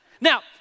Now